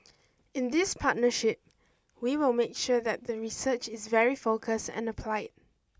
in this partnership we will make sure that the research is very focus and apply